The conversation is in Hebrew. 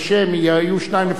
היו שניים לפניך.